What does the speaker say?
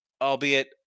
Albeit